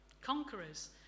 Conquerors